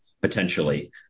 potentially